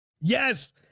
Yes